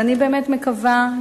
ואני באמת מקווה,